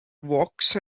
walks